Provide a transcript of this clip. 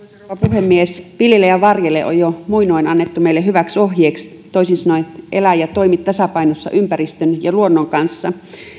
puhemies viljele ja varjele on jo muinoin annettu meille hyväksi ohjeeksi toisin sanoen elä ja toimi tasapainossa ympäristön ja luonnon kanssa